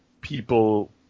people